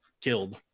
killed